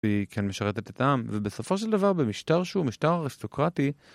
היא כן משרתת את העם, ובסופו של דבר במשטר שהוא משטר אריסטוקרטי